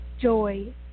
joy